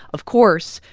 of course,